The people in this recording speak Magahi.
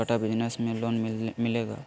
छोटा बिजनस में लोन मिलेगा?